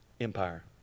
empire